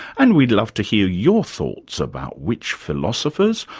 and we'd love to hear your thoughts about which philosophers,